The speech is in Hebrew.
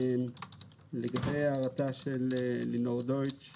לגבי הערת לינור דויטש-